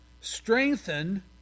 Strengthen